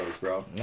bro